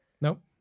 nope